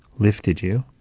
lifted you,